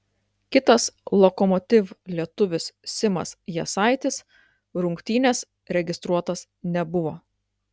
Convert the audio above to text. kitas lokomotiv lietuvis simas jasaitis rungtynės registruotas nebuvo